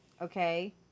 okay